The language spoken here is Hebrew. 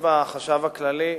שיושבים בה החשב הכללי,